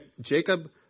Jacob